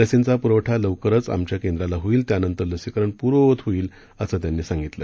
लसींचा पुरवठा लवकरच आमच्या केंद्राला होईल त्यांनतर लसीकरण पूर्ववत होईल असं त्यांनी सांगितलं